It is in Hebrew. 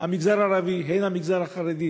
המגזר הערבי והן המגזר החרדי.